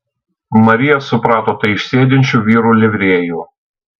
marija suprato tai iš sėdinčių vyrų livrėjų